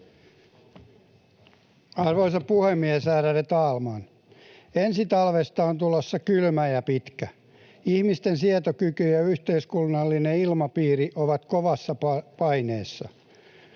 Arvoisa puhemies! Ensi talvesta on tulossa kylmä ja pitkä. Ihmisten sietokyky ja yhteiskunnallinen ilmapiiri ovat kovassa paineessa.